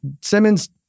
Simmons